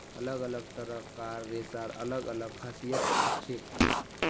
अलग अलग तरह कार रेशार अलग अलग खासियत हछेक